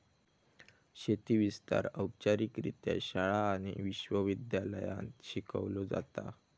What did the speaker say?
शेती विस्तार औपचारिकरित्या शाळा आणि विश्व विद्यालयांत शिकवलो जाता